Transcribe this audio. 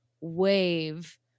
wave